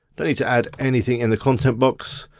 don't need to add anything in the content box,